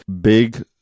big